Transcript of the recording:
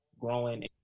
growing